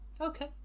Okay